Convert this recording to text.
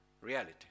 reality